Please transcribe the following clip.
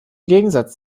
gegensatz